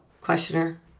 questioner